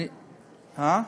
אני, אה?